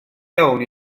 iawn